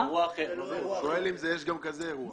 הוא שואל אם יש כזה אירוע.